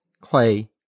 Clay